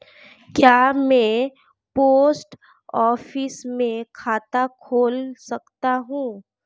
क्या मैं post office में खाता खोल सकता हूँ?